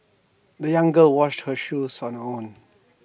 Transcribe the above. the young girl washed her shoes on her own